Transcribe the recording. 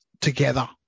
together